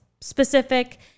specific